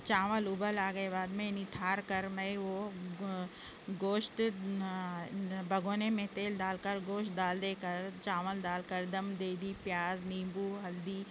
چاول ابل آ گئے بعد میں نتھار کر میں وہ گوشت بگونے میں تیل ڈال کر گوشت ڈال دے کر چاول دال کر دم دے دی پیاز نیمبو ہلدی